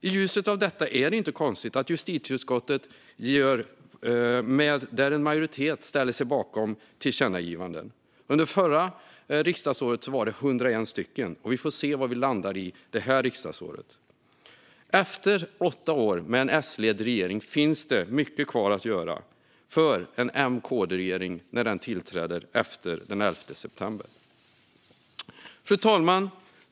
I ljuset av detta är det inte konstigt att en majoritet i justitieutskottet ställer sig bakom förslagen till tillkännagivanden. Under förra riksdagsåret var de 101, och vi får se vad vi landar i det här riksdagsåret. Efter åtta år med en S-ledd regering finns mycket kvar att göra för en M-KD-regering när den tillträder efter den 11 september. Fru talman!